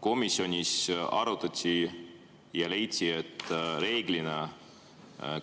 komisjonis arutati ja leiti, et reeglina